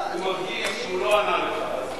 הוא מרגיש שהוא לא ענה לך, אז תשאל.